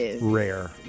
rare